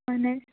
اہن حظ